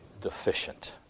deficient